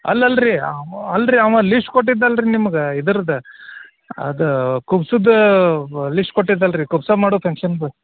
ಅಲ್ಲಲ್ಲ ರೀ ಅಲ್ಲರೀ ಅವ ಲೀಸ್ಟ್ ಕೊಟ್ಟಿದ್ನಲ್ಲ ರೀ ನಿಮ್ಗೆ ಇದ್ರದ್ದು ಅದು ಕುಬುಸದ್ದು ಲಿಸ್ಟ್ ಕೊಟ್ಟಿದ್ನಲ್ಲ ರೀ ಕುಬುಸ ಮಾಡೋ ಫಂಕ್ಷನ್ದು